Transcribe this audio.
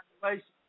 Congratulations